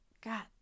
god